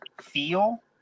feel